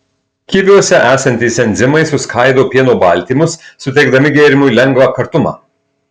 kiviuose esantys enzimai suskaido pieno baltymus suteikdami gėrimui lengvą kartumą